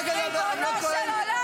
--- חבר הכנסת אלמוג כהן,